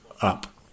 up